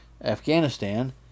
Afghanistan